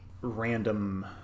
random